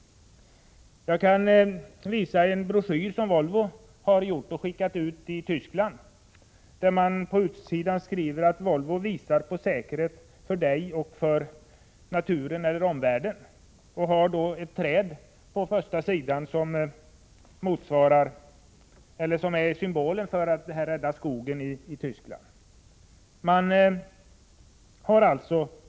Jag kan visa en broschyr som Volvo har gjort och skickat ut till Tyskland. På omslagssidan skriver man: Volvo visar på säkerhet. För dig och omgivningen. På broschyrens första sida finns ett träd som är symbolen för ”Rädda skogen” i Tyskland.